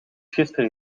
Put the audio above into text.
gisteren